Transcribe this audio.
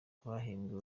bahembwe